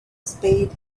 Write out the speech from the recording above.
spade